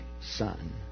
Son